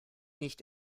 nicht